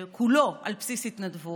שכולו על בסיס התנדבות,